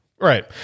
Right